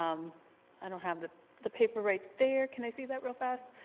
um i don't have the the paper right there, can i see that real fast?